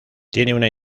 tiene